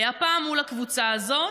הפעם מול הקבוצה הזאת,